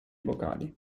vocali